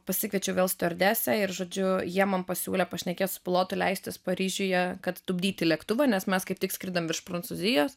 pasikviečiau vėl stiuardesę ir žodžiu jie man pasiūlė pašnekėt su pilotu leistis paryžiuje kad tupdyti lėktuvą nes mes kaip tik skridom virš prancūzijos